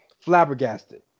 Flabbergasted